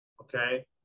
okay